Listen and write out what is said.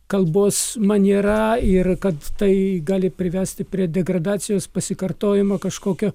kalbos maniera ir kad tai gali privesti prie degradacijos pasikartojimo kažkokio